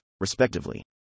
respectively